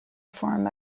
form